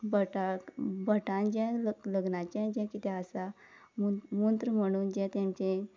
भटाक भटान जें लग लग्नाचें जें कितें आसा मं मंत्र म्हणून जें तांचें